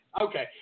okay